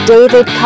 David